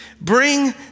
Bring